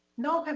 no,